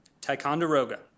Ticonderoga